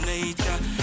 Nature